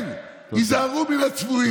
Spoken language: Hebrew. כן, "היזהרו מן הצבועים".